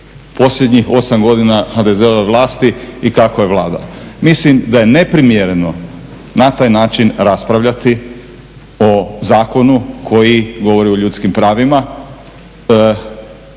posljednjih 8 godina HDZ-ove vlasti i kako je vladala. Mislim da je neprimjereno na taj način raspravljati o zakonu koji govori o ljudskim pravima,